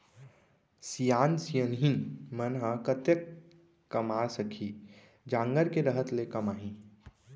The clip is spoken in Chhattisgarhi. सियान सियनहिन मन ह कतेक कमा सकही, जांगर के रहत ले कमाही